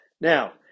Now